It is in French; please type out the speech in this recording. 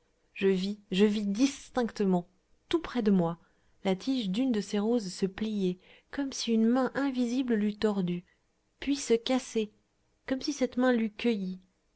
je vis je vis distinctement tout près de moi la tige d'une de ces roses se plier comme si une main invisible l'eût tordue puis se casser comme si cette main l'eût cueillie